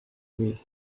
way